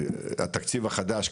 התקציב החדש,